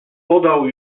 podał